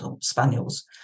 Spaniels